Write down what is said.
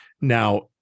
Now